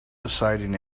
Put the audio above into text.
deciding